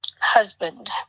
husband